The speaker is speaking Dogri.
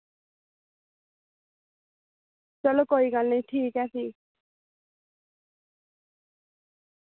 चलो कोई गल्ल नेईं ठीक ऐ फ्ही